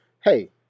hey